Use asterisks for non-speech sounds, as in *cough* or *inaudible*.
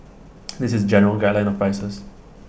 *noise* this is general guideline of prices